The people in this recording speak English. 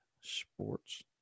sports